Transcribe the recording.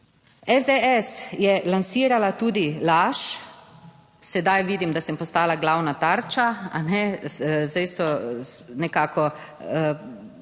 SDS je lansirala tudi laž. Sedaj vidim, da sem postala glavna tarča, kajne, zdaj so nekako